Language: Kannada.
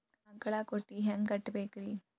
ಆಕಳ ಕೊಟ್ಟಿಗಿ ಹ್ಯಾಂಗ್ ಕಟ್ಟಬೇಕ್ರಿ?